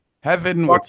heaven